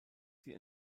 sie